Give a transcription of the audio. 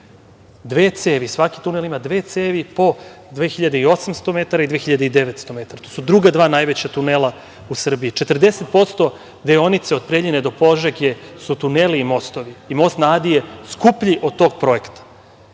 od njih. Svaki tunel ima dve cevi po 2.800 metara i 2.900 metara. To su druga dva najveća tunela u Srbiji. Četrdeset posto deonice od Preljine do Požege su tuneli i mostovi i most na Adi je skuplji od tog projekta.